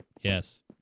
Yes